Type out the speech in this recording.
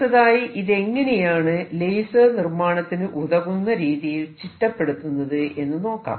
അടുത്തതായി ഇതെങ്ങനെയാണ് ലേസർ നിർമാണത്തിന് ഉതകുന്ന രീതിയിൽ ചിട്ടപ്പെടുത്തുന്നത് എന്ന് നോക്കാം